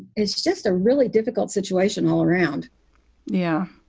it's just a really difficult situation all around yeah.